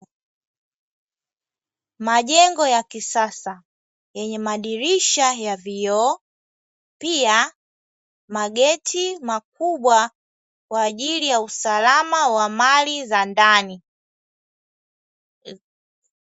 Majengo ya kisasa yenye madirisha ya vioo, pia mageti makubwa kwa ajili ya usalama wa mali za ndani.